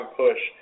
push